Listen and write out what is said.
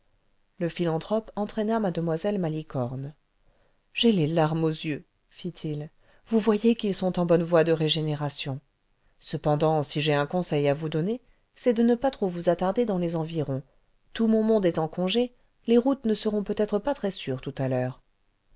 le philanthrope entraîna mle malicorne ce j'ai les larmes aux yeux fit-il vous voyez qu'ils sont en bonne voie de régénération cependant si j'ai un conseil à vous donner c'est de ne pas trop vous attarder dans les environs tout mon monde est en congé les routes ne seront peut-être pas très sûres tout à l'heure